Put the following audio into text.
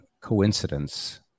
coincidence